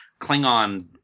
Klingon